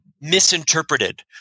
misinterpreted